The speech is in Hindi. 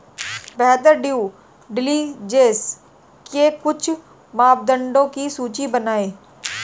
बेहतर ड्यू डिलिजेंस के लिए कुछ मापदंडों की सूची बनाएं?